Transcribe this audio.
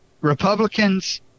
republicans